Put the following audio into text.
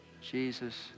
Jesus